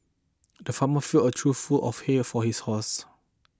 the farmer filled a trough full of hay for his horse